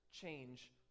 change